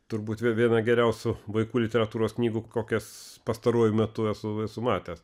turbūt viena geriausių vaikų literatūros knygų kokias pastaruoju metu esu esu matęs